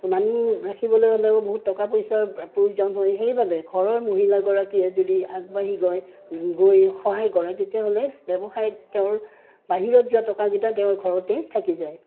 মানুহ ৰাখিবলৈ হ'লেও বহুত টকা পইচাৰ প্ৰয়োজন হয় সেইবাবে ঘৰৰ মহিলাগৰাকীয়ে যদি আগবাঢ়ি গৈ গৈ সহায় কৰে তেতিয়াহ'লে ব্যৱসায়ত তেওঁৰ বাহিৰত যোৱা টকাকেইটা তেওঁৰ ঘৰতে থাকি যায়